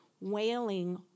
wailing